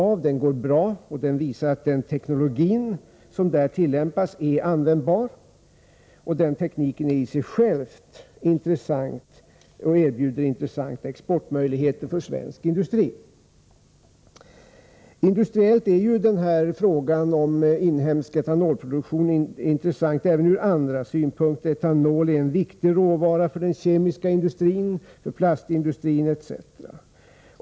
Anläggningen fungerar bra, och den visar att den teknologi som där tillämpas är användbar. Tekniken är i sig intressant, och den erbjuder intressanta exportmöjligheter för svensk industri. För det första är ju frågan om inhemsk etanolproduktion industriellt intressant även ur andra synvinklar. Etanol är en viktig råvara för den kemiska industrin, för plastindustrin etc.